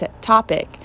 topic